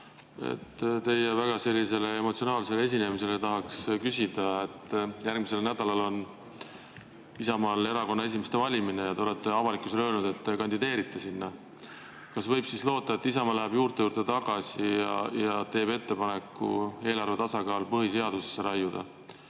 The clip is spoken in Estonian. Teie väga emotsionaalse esinemise peale tahaks küsida [järgmist]. Järgmisel nädalal on Isamaa erakonna esimeeste valimine ja te olete avalikkusele öelnud, et te kandideerite. Kas võib loota, et Isamaa läheb juurte juurde tagasi ja teeb ettepaneku eelarve tasakaal põhiseadusesse raiuda?